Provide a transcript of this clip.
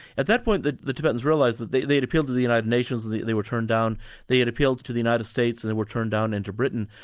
at that point, the the tibetans realised that they they had appealed to the united nations and they were turned down they had appealed to the united states and they were turned down, and to britain.